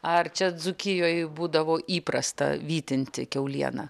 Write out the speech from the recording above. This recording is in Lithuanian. ar čia dzūkijoj būdavo įprasta vytinti kiaulieną